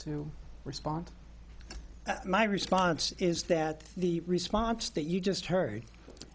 to respond my response is that the response that you just heard